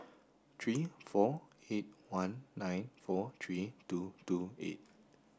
three four eight one nine four three two two eight